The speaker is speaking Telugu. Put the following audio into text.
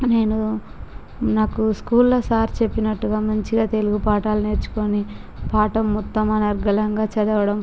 నేను నాకు స్కూల్లో సార్ చెప్పినట్టుగా మంచిగా తెలుగు పాఠాలు నేర్చుకొని పాఠం మొత్తం అనర్గళంగా చదవడం